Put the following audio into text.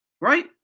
right